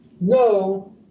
no